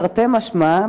תרתי משמע,